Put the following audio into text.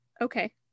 Okay